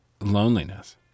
loneliness